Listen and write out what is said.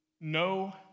no